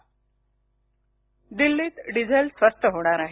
diesel दिल्लीत diesel स्वस्त होणार आहे